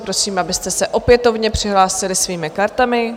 Prosím, abyste se opětovně přihlásili svými kartami.